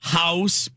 house